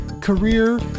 career